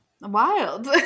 Wild